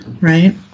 right